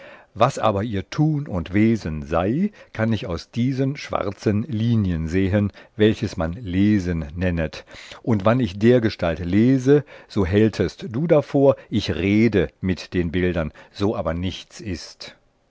was aber ihr tun und wesen sei kann ich aus diesen schwarzen linien sehen welches man lesen nennet und wann ich dergestalt lese so hältest du davor ich rede mit den bildern so aber nichts ist